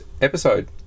episode